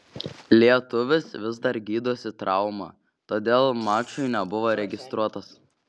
lietuvis vis dar gydosi traumą todėl mačui nebuvo registruotas